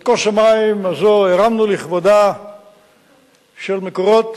את כוס המים הזאת הרמנו לכבודה של "מקורות"